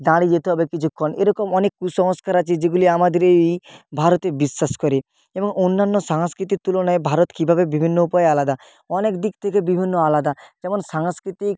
দাঁড়িয়ে যেতে হবে কিছুক্ষণ এরকম অনেক কুসংস্কার আছে যেগুলি আমাদের এই ভারতে বিশ্বাস করে এবং অন্যান্য সংস্কৃতির তুলনায় ভারত কীভাবে বিভিন্ন উপায়ে আলাদা অনেক দিক থেকে বিভিন্ন আলাদা যেমন সাংস্কৃতিক